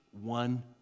one